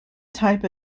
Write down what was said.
type